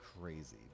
crazy